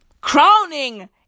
Crowning